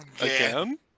Again